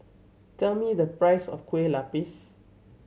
tell me the price of Kuih Lopes